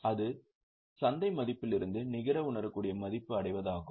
இது சந்தை மதிப்பிலிருந்து நிகர உணரக்கூடிய மதிப்பை அடைவது ஆகும்